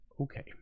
okay